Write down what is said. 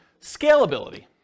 Scalability